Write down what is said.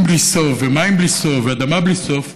בלי סוף ומים בלי סוף ואדמה בלי סוף,